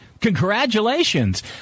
Congratulations